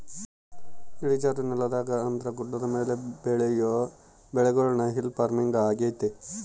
ಇಳಿಜಾರು ನೆಲದಾಗ ಅಂದ್ರ ಗುಡ್ಡದ ಮೇಲೆ ಬೆಳಿಯೊ ಬೆಳೆಗುಳ್ನ ಹಿಲ್ ಪಾರ್ಮಿಂಗ್ ಆಗ್ಯತೆ